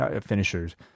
finishers